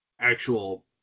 actual